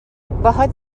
باهات